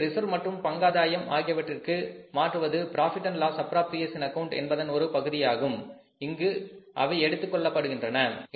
எனவே ரிசர்வ் மற்றும் பங்காதாயம் ஆகியவற்றிற்கு மாற்றுவது profit and loss appropriation account Profit Loss Appropriation account என்பதன் ஒரு பகுதியாகும் இங்கு அவை எடுத்துக் கொள்ளப்படுகின்றன